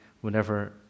whenever